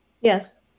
Yes